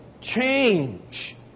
change